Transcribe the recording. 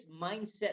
mindset